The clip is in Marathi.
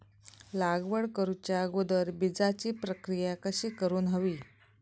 लागवड करूच्या अगोदर बिजाची प्रकिया कशी करून हवी?